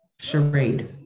Charade